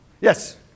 Yes